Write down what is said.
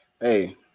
Hey